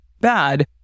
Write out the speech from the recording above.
bad